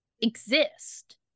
exist